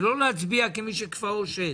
ולא להצביע כמי שכפאו שד.